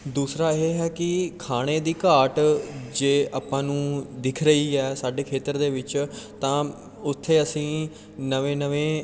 ਦੂਸਰਾ ਇਹ ਹੈ ਕਿ ਖਾਣੇ ਦੀ ਘਾਟ ਜੇ ਆਪਾਂ ਨੂੰ ਦਿਖ ਰਹੀ ਹੈ ਸਾਡੇ ਖੇਤਰ ਦੇ ਵਿੱਚ ਤਾਂ ਉੱਥੇ ਅਸੀਂ ਨਵੇਂ ਨਵੇਂ